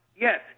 Yes